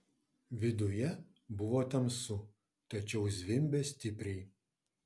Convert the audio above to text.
viduje buvo tamsu tačiau zvimbė stipriai